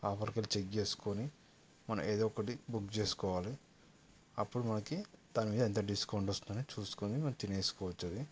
ఆఫర్కి వెళ్ళి చెక్ చేసుకొని మనం ఏదో ఒకటి బుక్ చేసుకోవాలి అప్పుడు మనకి దాని మీద ఎంత డిస్కౌంట్ వస్తుంది అనేది చూసుకుని మనం తినేసుకోవచ్చు అది